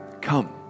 Come